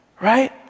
right